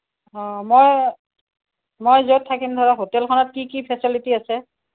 অঁ মই মই য'ত থাকিম ধৰক হোটেলখনত কি কি ফেচিলিটি আছে